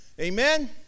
Amen